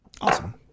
Awesome